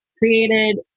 created